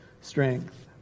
strength